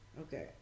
Okay